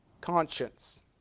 conscience